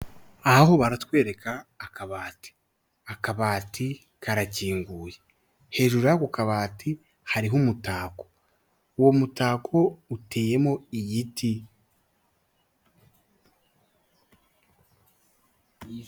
Ahaho baratwereka akabati, akabati karakinguye, hejuru yako kabati hariho umutako, uwo mutako uteyemo igiti